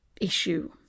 issue